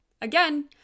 Again